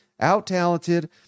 Out-talented